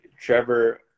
Trevor